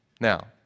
Now